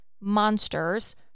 monsters